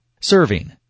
Serving